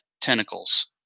tentacles